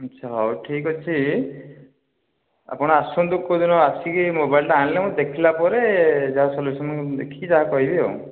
ଆଚ୍ଛା ହଉ ଠିକ୍ ଅଛି ଆପଣ ଆସନ୍ତୁ କେଉଁ ଦିନ ଆସିକି ମୋବାଇଲ୍ଟା ଆଣିଲେ ମୁଁ ଦେଖିଲା ପରେ ଯାହା ସୋଲ୍ୟୁସନ୍ ଦେଖିକି ଯାହା କହିବି ଆଉ